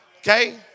Okay